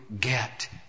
get